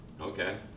Okay